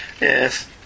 Yes